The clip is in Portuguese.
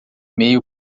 mail